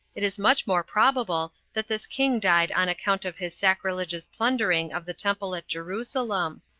it is much more probable that this king died on account of his sacrilegious plundering of the temple at jerusalem.